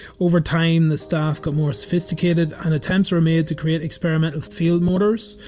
over time the staff got more sophisticated and attempts were made to create experimental field mortars,